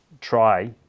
try